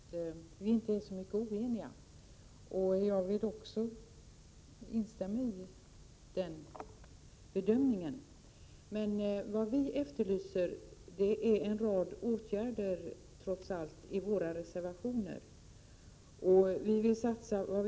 Herr talman! Evert Svensson började med att säga att vi inte är särskilt oeniga. Jag vill instämma i den bedömningen. Men vad vii våra reservationer trots allt efterlyser är en rad åtgärder.